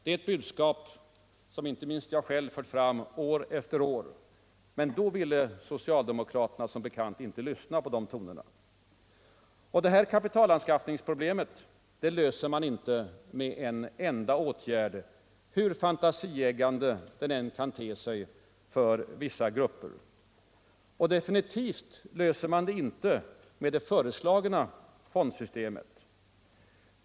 Det är eu budskap som inte minst jag själv har fört fram år efter år. Men socialdemokraterna ville som bekant inte lyssna till de tonerna. Kapitalanskaffningsproblemet löser man inte med en enda åtgärd. hur fantasieggande den än kan te sig för vissa grupper. Och definitivt löser man det inte med det föreslagna fondsystemet.